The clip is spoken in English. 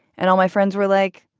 and all my friends were like,